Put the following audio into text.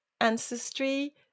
ancestry